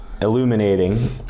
illuminating